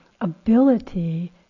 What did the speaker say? ability